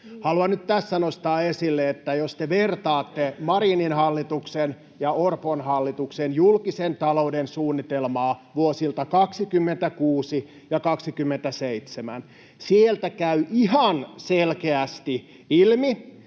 Haluan nyt tässä nostaa esille, että jos te vertaatte Marinin hallituksen ja Orpon hallituksen julkisen talouden suunnitelmaa vuosilta 26 ja 27, sieltä käy ihan selkeästi ilmi,